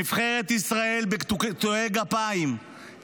נבחרת ישראל לקטועי גפיים,